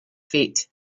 feat